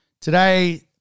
today